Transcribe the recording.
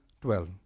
twelve